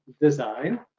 design